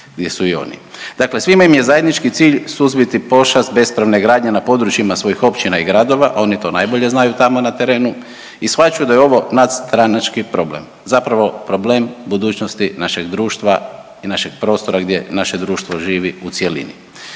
gdje su i oni. Dakle, svima im je zajednički cilj suzbiti pošast bespravne gradnje na područjima svojih općina i gradova, a oni to najbolje znaju tamo na terenu i shvaćaju da je ovo nadstranački problem, zapravo problem budućnosti našeg društva i našeg prostora gdje naše društvo živi u cjelini.